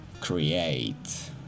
create